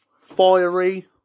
Fiery